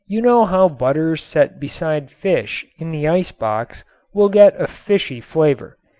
you know how butter set beside fish in the ice box will get a fishy flavor.